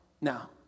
Now